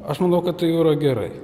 aš manau kad tai jau yra gerai